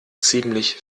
ziemlich